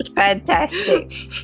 Fantastic